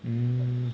mm